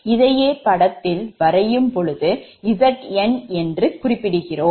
இதையே படத்தில் வரையும் பொழுது Zn என்று குறிப்பிடுகிறோம்